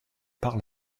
par